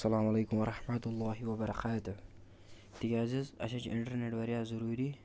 اَسلامُ علیکُم وَرحمتُہ اللہ وَبَرکاتُہ تِکیٛازِ حظ اَسہِ حظ چھِ اِنٹَرنٮ۪ٹ واریاہ ضٔروٗری